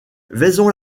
vaison